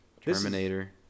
Terminator